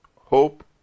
hope